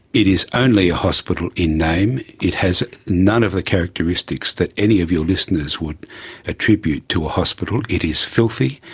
it is only a hospital in name, it has none of the characteristics that any of your listeners would attribute to a hospital, it is filthy,